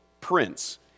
prince